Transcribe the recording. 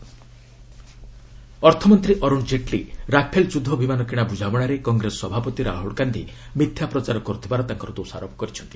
Jaitley Rafale ଅର୍ଥମନ୍ତୀ Arun Jaitley Rafale ଯୁଦ୍ଧ ବିମାନ କିଣା ବୁଝାମଣାରେ କଂଗ୍ରେସ ସଭାପତି ରାହ୍ରଳ ଗାନ୍ଧି ମିଥ୍ୟା ପ୍ରଚାର କର୍ତ୍ତିବାର ତାଙ୍କର ଦୋଷାରୋପ କରିଛନ୍ତି